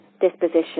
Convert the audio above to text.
disposition